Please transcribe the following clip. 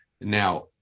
Now